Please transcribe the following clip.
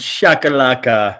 Shakalaka